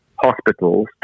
hospitals